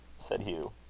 said hugh.